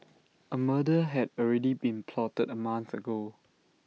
A murder had already been plotted A month ago